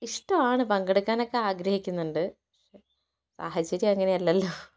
ഇഷ്ടമാണ് പങ്കെടുക്കാനൊക്കെ ആഗ്രഹിക്കുന്നുണ്ട് സാഹചര്യം അങ്ങനെ അല്ലല്ലോ